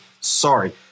sorry